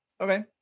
Okay